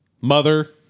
Mother